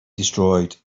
destroyed